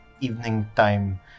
evening-time